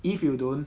if you don't